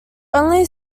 only